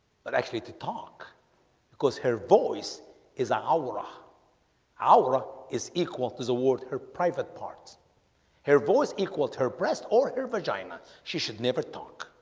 but actually to talk because her voice is an hour ah hour ah is equal to the world her private parts her voice equals her breasts or her vagina. she should never talk